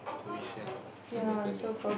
service yard and balcony